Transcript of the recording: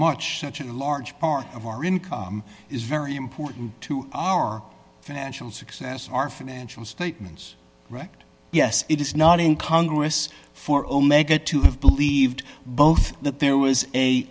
much in large part of our income is very important to our financial success our financial statements right yes it is not in congress for omega to have believed both that there was a